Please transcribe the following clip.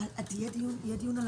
יהיה דיון על